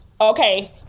okay